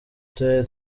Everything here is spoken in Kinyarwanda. turere